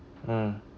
mm